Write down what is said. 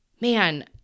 Man